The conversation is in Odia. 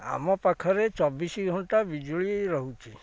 ଆମ ପାଖରେ ଚବିଶି ଘଣ୍ଟା ବିଜୁଳି ରହୁଛି